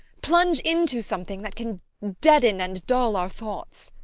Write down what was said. plunge into something that can deaden and dull our thoughts!